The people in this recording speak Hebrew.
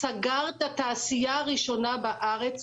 הוא סגר את התעשייה הראשונה בארץ,